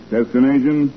Destination